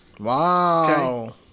Wow